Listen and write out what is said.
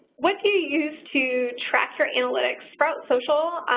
what you use to track your analytics? sprout social?